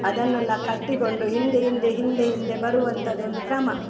ಅದನ್ನೆಲ್ಲ ಕಟ್ಟಿಕೊಂಡು ಹಿಂದೆ ಹಿಂದೆ ಹಿಂದೆ ಹಿಂದೆ ಬರುವಂಥದ್ದೊಂದು ಕ್ರಮ